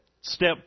step